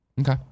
Okay